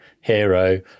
hero